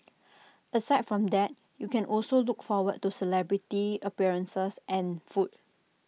aside from that you can also look forward to celebrity appearances and food